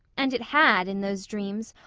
and it had, in those dreams,